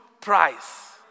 price